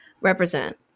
Represent